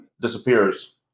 disappears